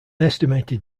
estimated